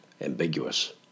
ambiguous